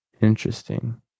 Interesting